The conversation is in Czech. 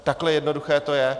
Takhle jednoduché to je.